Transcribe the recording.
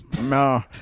no